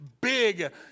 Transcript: big